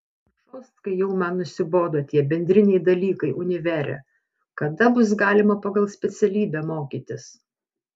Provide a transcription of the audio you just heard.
žostkai jau man nusibodo tie bendriniai dalykai univere kada bus galima pagal specialybę mokytis